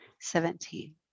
seventeen